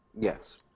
Yes